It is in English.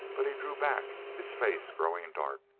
but he drew back, his face growing dark.